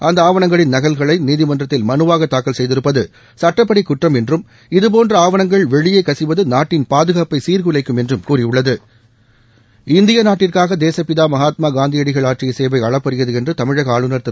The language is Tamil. அந்த ஆவணங்களின் நகல்களை நீதிமன்றத்தில் மனுவாக தாக்கல் செய்திருப்பது சட்டப்படி குற்றம் என்றும் இதபோன்ற ஆவணங்கள் வெளியே கசிவது நாட்டின் பாதுகாப்பை சீர்குலைக்கும் என்றும் கூறியுள்ளது இந்திய நாட்டிற்காக தேசப்பிதா மகாத்மா காந்தியடிகள் ஆற்றிய சேவை அளப்பரியது என்று தமிழக ஆளுநர் திரு